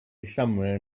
somewhere